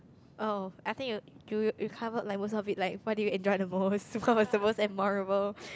oh I think you you covered like most of it like what do you enjoy the most what was the most memorable